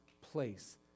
place